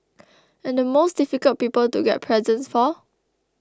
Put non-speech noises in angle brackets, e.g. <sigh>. <noise> and the most difficult people to get presents for